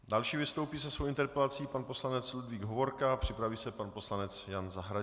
Další vystoupí se svou interpelací pan poslanec Ludvík Hovorka, připraví se pan poslanec Jan Zahradník.